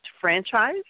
Franchise